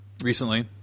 recently